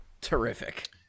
terrific